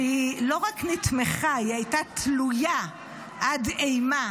שהיא לא רק נתמכה, היא הייתה תלויה עד אימה